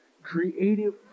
creative